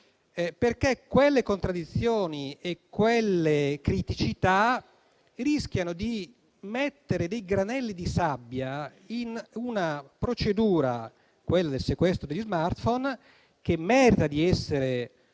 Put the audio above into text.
generale. Quelle contraddizioni e quelle criticità rischiano di mettere dei granelli di sabbia in una procedura, quella del sequestro degli *smartphone*, che merita di essere